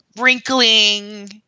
wrinkling